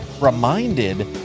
reminded